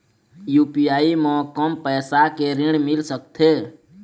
UPI म कम पैसा के ऋण मिल सकथे?